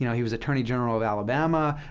you know he was attorney general of alabama.